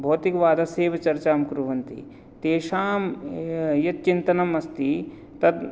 भौतिकवादस्य एव चर्चां कुर्वन्ति तेषां यत् चिन्तनम् अस्ति तद्